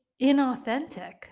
inauthentic